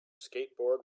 skateboard